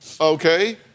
okay